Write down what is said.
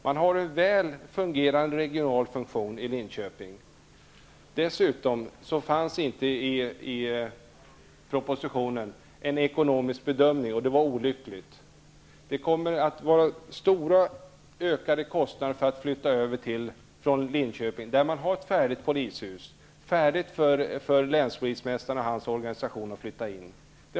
Det finns en väl fungerande regional funktion i Linköping. Dessutom fanns det inte en ekonomisk bedömning i propositionen, och det var olyckligt. Det kommer att bli stora kostnadsökningar för att genomföra en flyttning från Linköping. Där finns ett färdigt polishus för länspolismästaren och hans organisation att flytta in i.